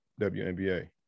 WNBA